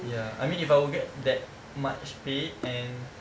ya I mean if I would get that much pay and